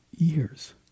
years